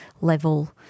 level